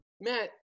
Matt